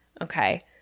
Okay